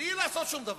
מבלי לעשות שום דבר,